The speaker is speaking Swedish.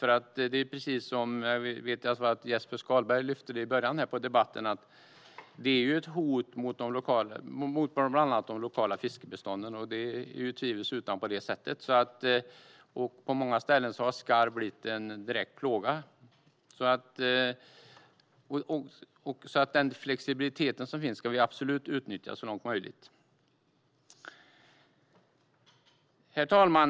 Jag vet att Jesper Skalberg Karlsson i början av debatten lyfte fram att det är ett hot mot bland annat de lokala fiskebestånden. Det är tvivelsutan på det sättet. På många ställen har skarv blivit en direkt plåga. Den flexibilitet som finns ska vi absolut utnyttja så långt möjligt. Herr talman!